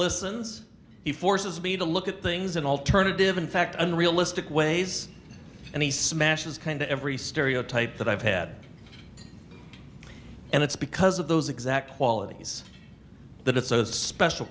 listens he forces me to look at things an alternative in fact unrealistic ways and he smashes kind of every stereotype that i've had and it's because of those exact qualities that it's so special